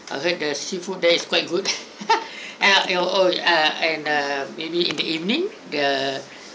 I heard the seafood there is quite good and oh ah and uh maybe in the evening the